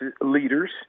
leaders